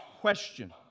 question